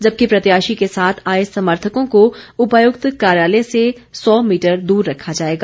जबकि प्रत्याशी के साथ आए समर्थकों को उपायुक्त कार्यालय से सौ मीटर दूर रखा जाएगा